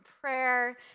prayer